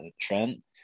Trent